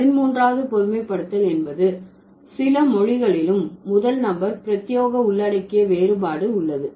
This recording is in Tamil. பதின்மூன்றாவது பொதுமைப்படுத்தல் என்பது சில மொழிகளிலும் முதல் நபர் பிரத்தியேக உள்ளடக்கிய வேறுபாடு உள்ளது